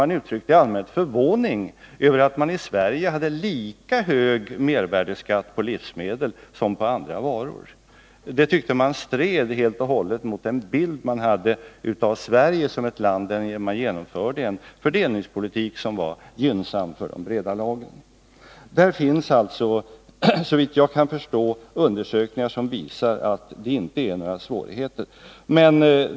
Man uttryckte allmänt förvåning över att vi i Sverige har lika hög mervärdeskatt på livsmedel som på andra varor. Det tyckte man stred helt och hållet mot den bild man hade av Sverige som ett land där det genomförts en fördelningspolitik som var gynnsam för de breda lagren. Det har alltså, såvitt jag kan förstå, gjorts undersökningar som visar att det inte finns några svårigheter i detta sammanhang.